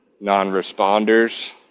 non-responders